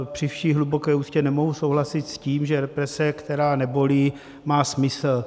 Při vší hluboké úctě nemohu souhlasit s tím, že represe, která nebolí, má smysl.